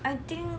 I think